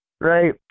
right